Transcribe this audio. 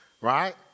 right